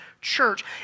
church